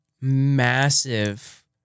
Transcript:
massive